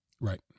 right